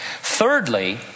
Thirdly